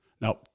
Now